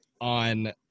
on